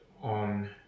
on